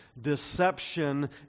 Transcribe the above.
deception